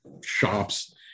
shops